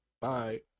Bye